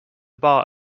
bar